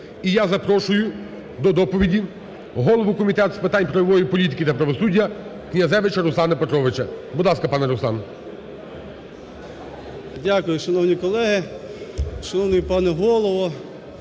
І я запрошую до доповіді голову Комітету з питань правової політики та правосуддя Князевича Руслана Петровича. Будь ласка, пане Руслан. 10:20:25 КНЯЗЕВИЧ Р.П. Дякую. Шановні колеги, шановний пане Голово,